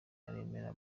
aremera